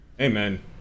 Amen